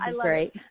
great